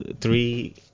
three